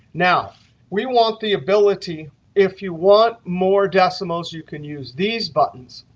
now, we want the ability if you want more decimals, you can use these buttons.